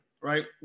Right